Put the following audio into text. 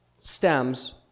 stems